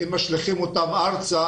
הם משליכים אותם על הארץ,